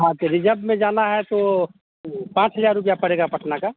हाँ तो रिजर्ब में जाना है तो पाँच हज़ार रुपया पड़ेगा पटना का